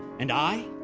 and i,